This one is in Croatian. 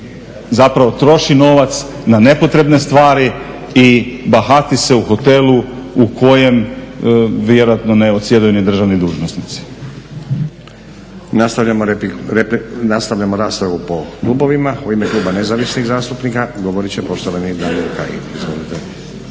zapravo troši novac na nepotrebne stvari i bahati se u hotelu u kojem vjerojatno ne odsjedaju ni državni dužnosnici. **Stazić, Nenad (SDP)** Nastavljamo raspravu po klubovima. U ime kluba Nezavisnih zastupnika govorit će poštovani Damir Kajin.